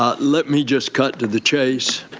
ah let me just cut to the chase.